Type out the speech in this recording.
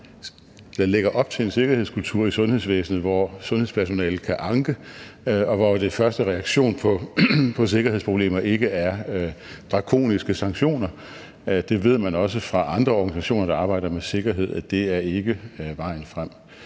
der lægges op til en sikkerhedskultur i sundhedsvæsenet, hvor sundhedspersonalet kan anke, og hvor den første reaktion på sikkerhedsproblemer ikke er drakoniske sanktioner – det ved man også fra andre organisationer, der arbejder med sikkerhed, ikke er vejen frem.